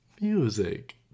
music